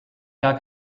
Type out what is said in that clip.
gar